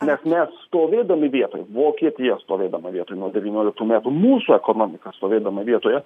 net net stovėdami vietoj vokietija stovėdama vietoj nuo devynioliktų metų mūsų ekonomika stovėdama vietoje